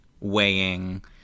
weighing